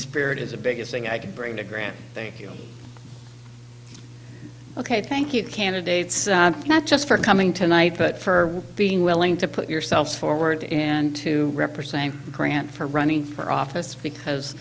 spirit is the biggest thing i could bring to graham thank you ok thank you candidates not just for coming tonight but for being willing to put yourself forward in to represent a grant for running for office because